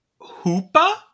Hoopa